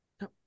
no